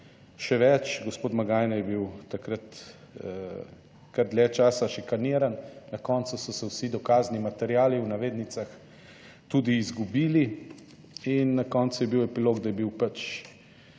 Še več, gospod Magajna je bil takrat kar dlje časa šikaniran, na koncu so se vsi dokazni materiali, v navednicah, tudi izgubili in na koncu je bil epilog, da je bil v